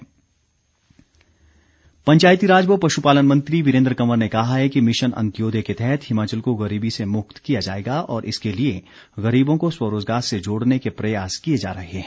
पंचायती राज पंचायती राज व पशुपालन मंत्री वीरेन्द्र कंवर ने कहा है कि मिशन अंत्योदय के तहत हिमाचल को गरीबी से मुक्त किया जाएगा और इसके लिए गरीबों को स्वरोजगार से जोड़ने के प्रयास किए जा रहे हैं